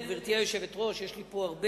גברתי היושבת ראש, אני אקצר, יש לי פה הרבה.